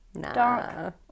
dark